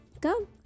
Come